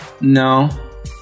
No